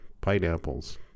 pineapples